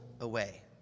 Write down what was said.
away